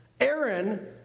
Aaron